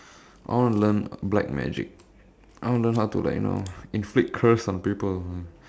I want to learn black magic I want to learn how to like you know inflict curse on people